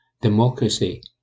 democracy